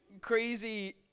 crazy